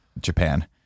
Japan